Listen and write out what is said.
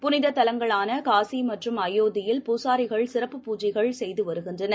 புனிததலங்களானகாசிமற்றும் அயோத்தியில் பூசாரிகள் சிறப்பு பூஜைகள் செய்துவருகின்றனர்